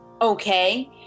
okay